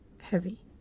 heavy